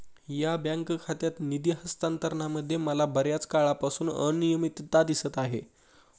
या बँक खात्यात निधी हस्तांतरणामध्ये मला बर्याच काळापासून अनियमितता दिसत आहे